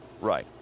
Right